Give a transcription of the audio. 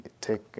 take